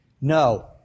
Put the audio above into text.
No